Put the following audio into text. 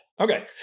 Okay